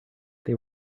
they